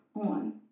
on